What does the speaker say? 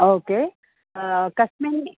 ओ के कस्मिन्